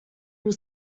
will